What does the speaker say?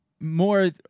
More